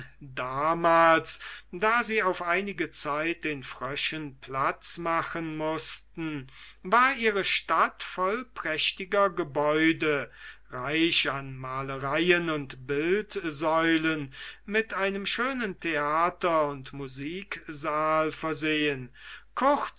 damals da sie auf einige zeit den fröschen platz machen mußten war ihre stadt voll prächtiger gebäude reich an malereien und bildsäulen mit einem schönen theater und musiksaal versehen